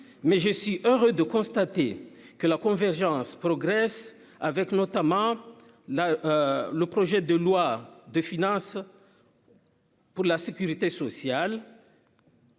mais je suis heureux de constater que la convergence progresse avec notamment la le projet de loi de finances. Pour la sécurité sociale.